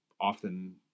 often